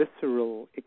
visceral